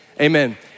amen